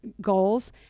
Goals